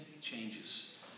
changes